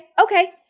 okay